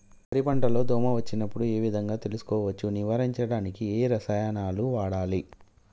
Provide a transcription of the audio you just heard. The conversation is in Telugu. వరి పంట లో దోమ వచ్చినప్పుడు ఏ విధంగా తెలుసుకోవచ్చు? నివారించడానికి ఏ రసాయనాలు వాడాలి?